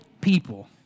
people